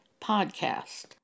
podcast